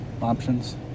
options